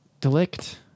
Delict